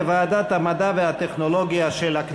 לדיון מוקדם בוועדת המדע והטכנולוגיה נתקבלה.